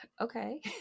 okay